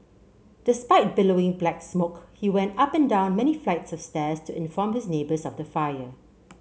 despite billowing black smoke he went up and down many flights of stairs to inform his neighbours of the fire